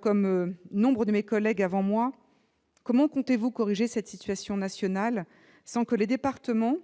Comme nombre de mes collègues avant moi, je veux vous demander comment vous comptez corriger cette situation nationale sans que les départements,